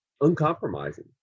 uncompromising